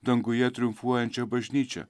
danguje triumfuojančią bažnyčią